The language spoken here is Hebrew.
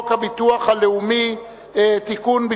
הצעת חוק הביטוח הלאומי (תיקון,